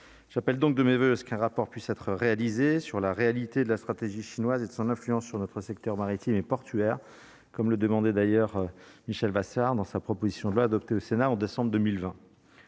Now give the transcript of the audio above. j'appelle donc de mes voeux, ce qu'un rapport puisse être réalisé sur la réalité de la stratégie chinoise et de son influence sur notre secteur maritime et portuaire, comme le demandait d'ailleurs Michel Vasseur dans sa proposition de loi adoptée au Sénat en décembre 2020.